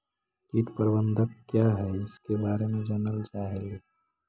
कीट प्रबनदक क्या है ईसके बारे मे जनल चाहेली?